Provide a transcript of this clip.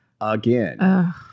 again